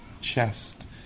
chest